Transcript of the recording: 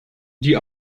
die